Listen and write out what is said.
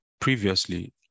previously